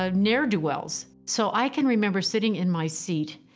ah ne'er-do-wells. so i can remember sitting in my seat